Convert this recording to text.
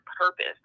purpose